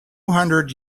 hundred